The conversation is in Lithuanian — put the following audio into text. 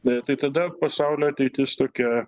na tai tada pasaulio ateitis tokia